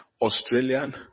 Australian